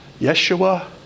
Yeshua